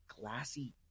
glassy –